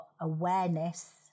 awareness